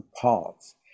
parts